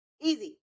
easy